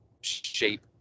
shape